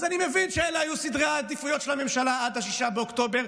אז אני מבין שאלה היו סדרי העדיפויות של הממשלה עד 6 באוקטובר,